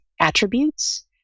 attributes